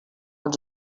els